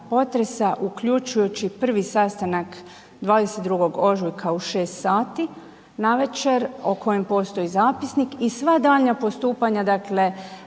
potresa uključujući prvi sastanak 22.ožujka u 6 sati navečer o kojem postoji zapisnik i sva daljnja postupanja, dakle